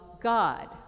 God